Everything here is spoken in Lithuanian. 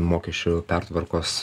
mokesčių pertvarkos